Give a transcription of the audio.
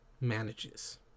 manages